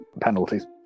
penalties